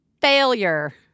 Failure